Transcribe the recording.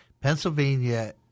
Pennsylvania